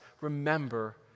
remember